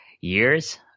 years